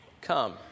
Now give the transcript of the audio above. come